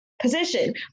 position